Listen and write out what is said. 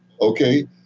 okay